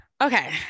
Okay